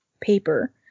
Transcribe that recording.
paper